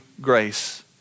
grace